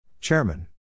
Chairman